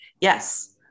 Yes